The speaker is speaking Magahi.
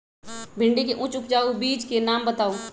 भिंडी के उच्च उपजाऊ बीज के नाम बताऊ?